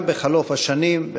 גם בחלוף השנים,